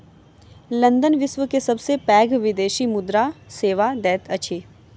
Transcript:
London विश्व के सबसे पैघ विदेशी मुद्रा सेवा दैत अछि